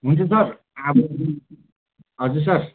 हुन्छ सर हजुर सर